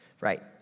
Right